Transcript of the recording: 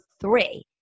three